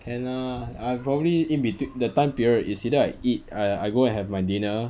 can lah I probably in between the time period is either I eat I I go and have my dinner